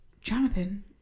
Jonathan